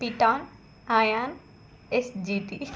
పిఠాన్ ఆయాన్ ఎస్జిటి